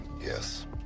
Yes